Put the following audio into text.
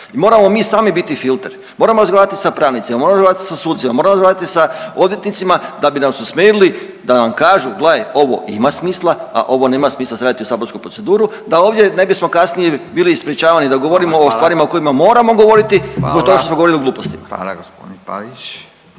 Moramo mi sami biti filter. Moramo razgovarati sa pravnicima, moramo razgovarati sa sucima, moramo razgovarati sa odvjetnicima da bi nas usmjerili da nam kažu gledaj ovo ima smisla, a ovo nema smisla za staviti u saborsku proceduru da ovdje ne bismo kasnije bili sprječavani da govorimo o stvarima …/Upadica: Hvala./… o kojima moramo govoriti …/Upadica: